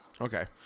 okay